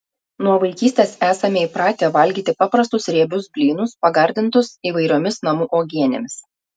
nuo vaikystės esame įpratę valgyti paprastus riebius blynus pagardintus įvairiomis namų uogienėmis